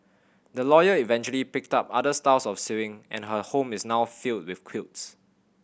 the lawyer eventually picked up other styles of sewing and her home is now filled with quilts